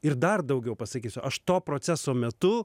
ir dar daugiau pasakysiu aš to proceso metu